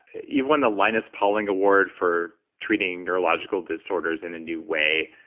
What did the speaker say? you won the linus pauling award for treating neurological disorders in a new way.